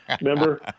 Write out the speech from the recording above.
Remember